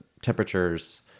temperatures